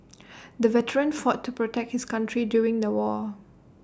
the veteran fought to protect his country during the war